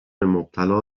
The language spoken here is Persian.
مبتلا